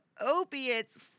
opiates